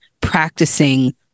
practicing